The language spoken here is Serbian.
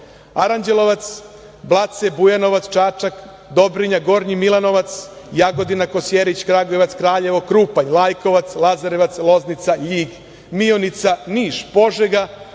Aranđelovac, Blace, Bujanovac, Čačak, Dobrinja, Gornji Milanovac, Jagodina, Kosjerić, Kragujevac, Kraljevo, Krupanj, Lajkovac, Lazarevac, Loznica, Ljig, Mionica, Niš, Požega,